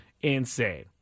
insane